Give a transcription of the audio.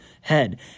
head